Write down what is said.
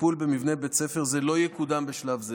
הטיפול במבנה בית ספר זה לא יקודם בשלב זה.